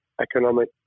economic